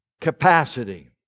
capacity